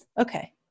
okay